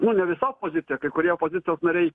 nu ne visa opozicija kai kurie opozicijos nariai